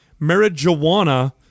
Marijuana